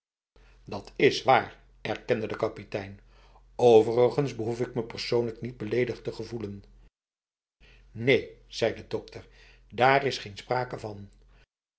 dat is waar erkende de kapitein overigens behoef ik me persoonlijk niet beledigd te gevoelen neen zei de dokter daar is geen sprake vanf